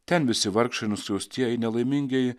ten visi vargšai nuskriaustieji nelaimingieji